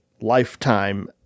lifetime